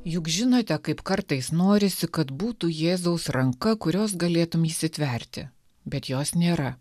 juk žinote kaip kartais norisi kad būtų jėzaus ranka kurios galėtum įsitverti bet jos nėra